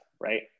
Right